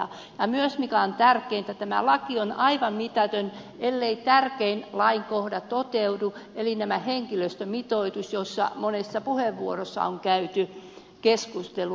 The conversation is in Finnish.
ja mikä on myös tärkeää tämä laki on aivan mitätön ellei tärkein lainkohta toteudu eli tämä henkilöstömitoitus josta monessa puheenvuorossa on käyty keskustelua